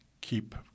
keep